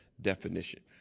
definition